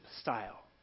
style